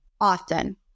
often